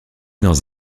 dans